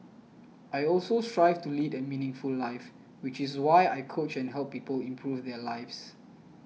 I also strive to lead a meaningful life which is why I coach and help people improve their lives